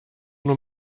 nur